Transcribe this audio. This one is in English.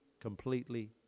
completely